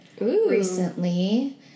recently